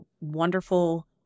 wonderful